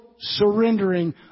surrendering